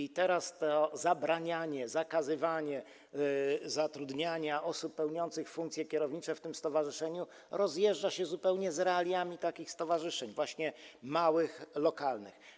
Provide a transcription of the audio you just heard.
I teraz to zabranianie, zakazywanie zatrudniania osób pełniących funkcje kierownicze w tym stowarzyszeniu rozjeżdża się zupełnie z realiami takich stowarzyszeń - właśnie małych, lokalnych.